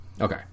Okay